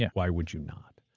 yeah why would you not?